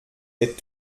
est